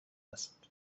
است